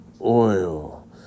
oil